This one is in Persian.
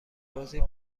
بازی